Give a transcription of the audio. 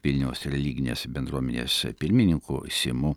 vilniaus religinės bendruomenės pirmininku simu